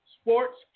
Sports